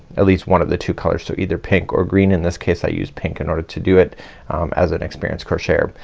at least one of the two colors. so either pink or green. in this case i use pink in order to do it as an experienced crocheter.